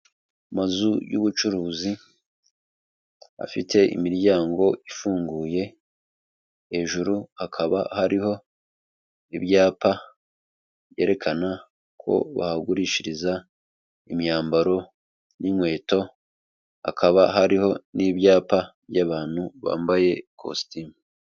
Amazu y'ubucuruzi afite imiryango ifunguye, hejuru hakaba hariho ibyapa byerekana ko bahagurishiriza imyambaro n'inkweto, hakaba hariho n'ibyapa by'abantu bambaye ikositimu.